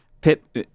pip